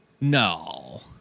No